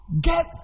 get